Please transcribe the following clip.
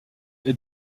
est